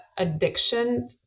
addiction